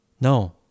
no